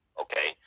Okay